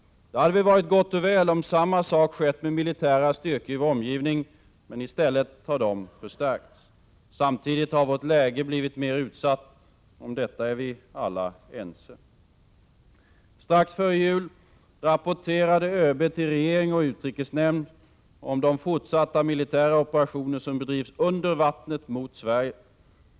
Det hade varit gott och väl om samma sak skett med militära styrkor i vår omgivning. Men i stället har de förstärkts. Samtidigt har vårt läge blivit mer utsatt. Om det är vi alla ense. Strax före jul rapporterade ÖB till regering och utrikesnämnd om de fortsatta militära operationer som bedrivs under vattnet mot Sverige.